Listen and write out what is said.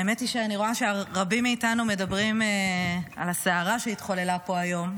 האמת היא שאני רואה שרבים מאיתנו מדברים על הסערה שהתחוללה פה היום,